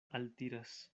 altiras